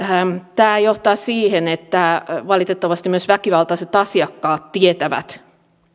tämä johtaa siihen että valitettavasti myös väkivaltaiset asiakkaat tietävät